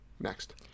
Next